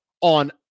on